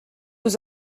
was